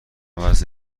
عوض